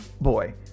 Boy